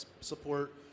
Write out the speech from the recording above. support